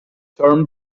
term